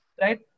Right